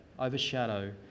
Overshadow